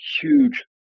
huge